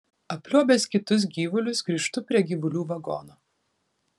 apliuobęs kitus gyvulius grįžtu prie gyvulių vagono